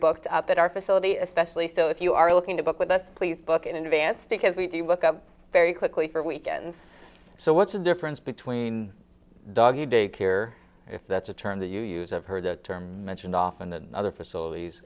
booked up at our facility especially so if you are looking to book with us please book in advance because we do look up very quickly for weekends so what's the difference between doggie day care if that's a term that you use of heard the term mentioned often to other facilities